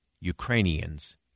Ukrainians